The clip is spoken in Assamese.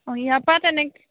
অঁ ইয়াৰ পৰা তেনেক